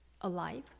alive